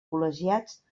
col·legiats